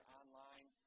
online